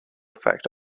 effect